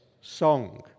song